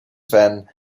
then